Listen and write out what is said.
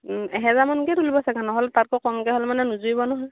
এহাজাৰ মানকে তুলিব চাগে ন নহ'লে তাতকে কমকে হ'লে মানে নোজোৰিব নহয়